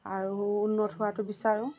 আৰু উন্নত হোৱাতো বিচাৰোঁ